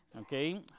okay